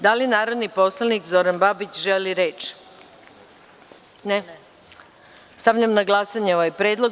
Da li narodni poslanik Zoran Babić želi reč? (Ne.) Stavljam na glasanje ovaj predlog.